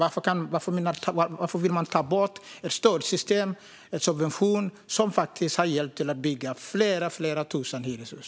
Varför vill man ta bort ett stödsystem och en subvention som faktiskt har hjälpt till att bygga flera tusen hyreshus?